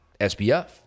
SPF